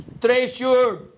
treasure